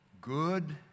good